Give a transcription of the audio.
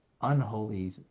unholy